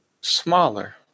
smaller